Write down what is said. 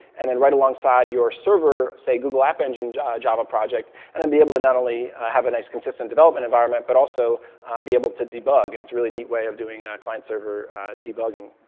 and then right alongside your server, say, google app engine java java project, and then be able to not only have a nice, consistent development environment, but also be able to debug, and it's a really neat way of doing client server debugging.